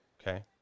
okay